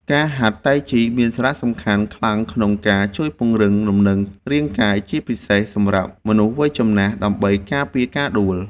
ការហាត់តៃជីមានសារៈសំខាន់ខ្លាំងក្នុងការជួយពង្រឹងលំនឹងរាងកាយ ជាពិសេសសម្រាប់មនុស្សវ័យចំណាស់ដើម្បីការពារការដួល។